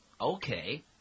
Okay